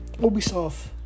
Ubisoft